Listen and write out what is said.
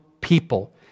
people